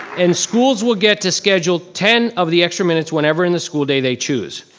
and schools will get to schedule ten of the extra minutes whenever in the school day they choose.